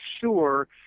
sure